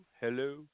hello